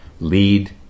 lead